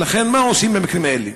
ולכן, מה עושים במקרים האלה?